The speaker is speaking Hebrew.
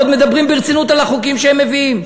ועוד מדברים ברצינות על החוקים שהם מביאים.